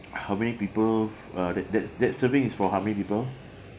how many people uh that that that serving is for how many people